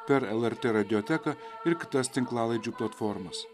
per lrt radioteką ir kitas tinklalaidžių platformas